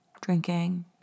drinking